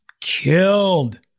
killed